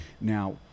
now